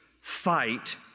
fight